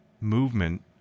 movement